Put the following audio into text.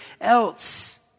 else